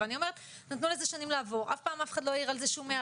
ואז אי אפשר היה להוציא.